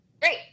Great